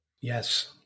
Yes